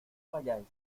vayáis